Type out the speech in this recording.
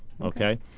Okay